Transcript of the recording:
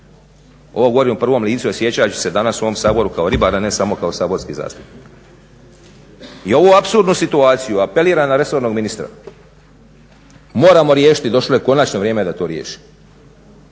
Ovo govorim u prvom licu osjećajući se danas u ovom Saboru kao ribar, a ne samo kao saborski zastupnik. I ovu apsurdnu situaciju, apeliram na resornog ministra, moramo riješiti. Došlo je konačno vrijeme da to riješimo.